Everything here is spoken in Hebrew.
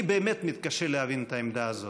אני באמת מתקשה להבין את העמדה הזאת.